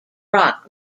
rock